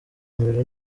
mbere